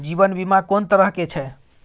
जीवन बीमा कोन तरह के छै?